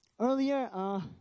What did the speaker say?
Earlier